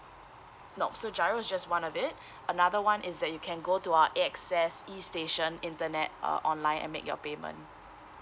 no so giro is just one of it another one is that you can go to our A_X_S E station internet uh online and make your payment